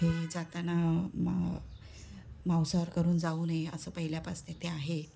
हे जाताना म मांसाहार करून जाऊ नये असं पहिल्यापासून ते आहे